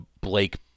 blake